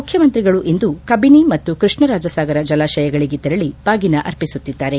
ಮುಖ್ಯಮಂತ್ರಿಗಳು ಇಂದು ಕಬಿನಿ ಮತ್ತು ಕೃಷ್ಣರಾಜ ಸಾಗರ ಜಲಾಶಯಗಳಿಗೆ ತೆರಳಿ ಬಾಗಿನ ಅರ್ಪಿಸುತ್ತಿದ್ದಾರೆ